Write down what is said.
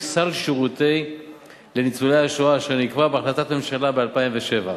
סל השירותים לניצולי השואה אשר נקבע בהחלטת הממשלה ב-2007.